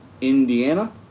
Indiana